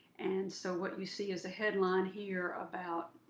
and so what we see is a headline here about,